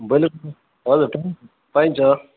broiler कुखुरा हजुर पा पाइन्छ